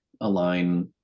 align